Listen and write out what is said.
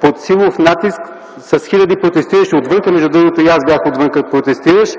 под силовия натиск на хиляди протестиращи отвън. Тогава, между другото, и аз бях отвън като протестиращ.